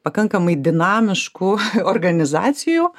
pakankamai dinamiškų organizacijų